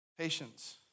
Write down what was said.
Patience